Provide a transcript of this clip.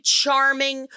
charming